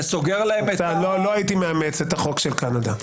לא הייתי מאמץ את החוק של קנדה.